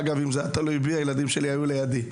אגב, אם זה היה תלוי בי, הילדים שלי היו לידי.